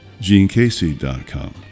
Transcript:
genecasey.com